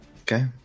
Okay